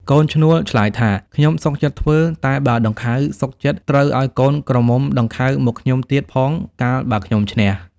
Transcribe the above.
កូនឈ្នួលឆ្លើយថា ខ្ញុំសុខចិត្តធ្វើ តែបើដង្ខៅសុខចិត្ត ត្រូវឲ្យកូនក្រមុំដង្ខៅមកខ្ញុំទៀតផង កាលបើខ្ញុំឈ្នះ។